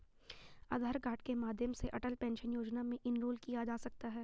आधार card के माध्यम से अटल पेंशन योजना में इनरोल किया जा सकता है